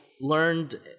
learned